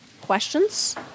questions